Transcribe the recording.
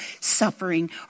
suffering